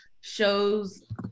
shows